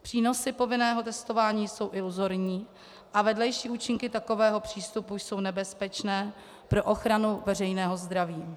Přínosy povinného testování jsou iluzorní a vedlejší účinky takového přístupu jsou nebezpečné pro ochranu veřejného zdraví.